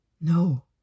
No